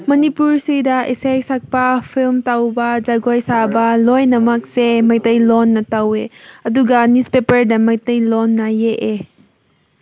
ꯃꯅꯤꯄꯨꯔꯁꯤꯗ ꯏꯁꯩ ꯁꯛꯄ ꯐꯤꯂꯝ ꯇꯧꯕ ꯖꯒꯣꯏ ꯁꯥꯕ ꯂꯣꯏꯅꯃꯛꯁꯦ ꯃꯩꯇꯩ ꯂꯣꯟꯅ ꯇꯧꯋꯦ ꯑꯗꯨꯒ ꯅ꯭ꯋꯤꯁꯄꯦꯄꯔꯗ ꯃꯩꯇꯩ ꯂꯣꯟꯅ ꯌꯦꯛꯑꯦ